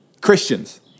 Christians